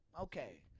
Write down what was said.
Okay